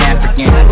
African